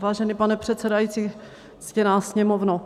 Vážený pane předsedající, ctěná Sněmovno,